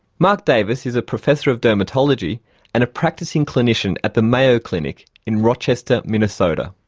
mark davis is a professor of dermatology and a practicing clinician at the mayo clinic in rochester, minnesota.